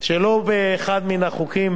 שלא באחד מן החוקים